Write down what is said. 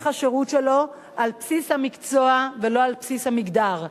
השירות שלו על בסיס המקצוע ולא על בסיס המגדר.